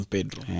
Pedro